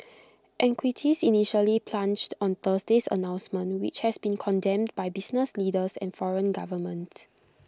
equities initially plunged on Thursday's announcement which has been condemned by business leaders and foreign governments